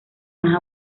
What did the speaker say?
más